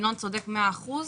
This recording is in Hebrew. ינון צודק מאה אחוז.